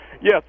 Yes